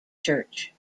church